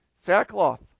sackcloth